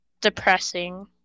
depressing